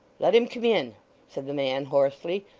let him come in said the man, hoarsely.